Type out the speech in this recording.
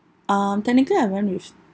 um technically I went with